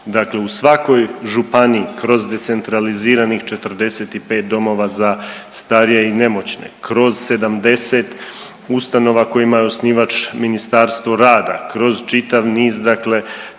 dakle u svakoj županiji kroz decentraliziranih 45 domova za starije i nemoćne, kroz 70 ustanova kojima je osnivač Ministarstvo rada, kroz čitav niz dakle